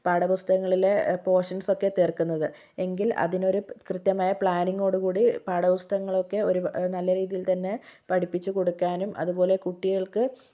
പാഠപുസ്തകങ്ങളിലെ portions ഒക്കെ തീര്ക്കുന്നത് എങ്കില് അതിനൊരു കൃത്യമായ പ്ലാനിങ്ങോടുകൂടി പാഠപുസ്തകങ്ങളൊക്കെ ഒരു നല്ല രീതിയില് തന്നെ പഠിപ്പിച്ചു കൊടുക്കാനും അതുപോലെ കുട്ടികള്ക്ക്